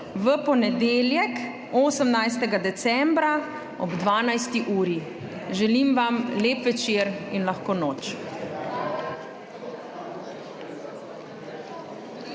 v ponedeljek, 18. decembra, ob 12. uri. Želim vam lep večer in lahko noč!